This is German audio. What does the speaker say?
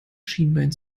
schienbein